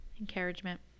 encouragement